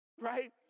Right